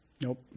Nope